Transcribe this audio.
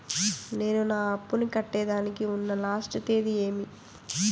నేను నా అప్పుని కట్టేదానికి ఉన్న లాస్ట్ తేది ఏమి?